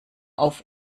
auf